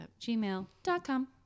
Gmail.com